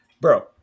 Bro